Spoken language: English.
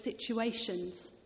situations